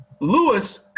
Lewis